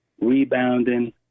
rebounding